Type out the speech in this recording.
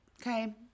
okay